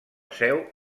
seu